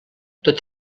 tot